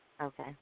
Okay